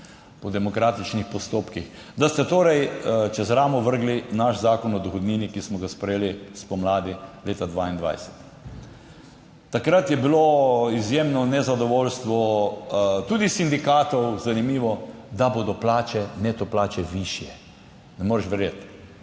po demokratičnih postopkih, da ste torej čez ramo vrgli naš zakon o dohodnini, ki smo ga sprejeli spomladi leta 2022. Takrat je bilo izjemno nezadovoljstvo, tudi sindikatov, zanimivo, da bodo plače, neto plače višje. Ne moreš verjeti.